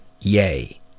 Yay